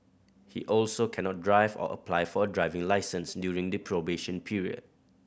he also cannot drive or apply for a driving licence during the probation period